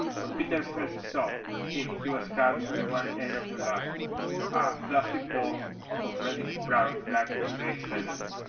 when peter first saw him he was crouched on one end of the log, a fluffy ball of reddish-brown, black and gray feathers.